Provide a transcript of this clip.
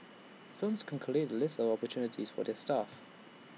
firms can collate A list of opportunities for their staff